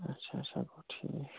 اچھا اچھا گوٚو ٹھیٖک